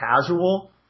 casual